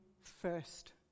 first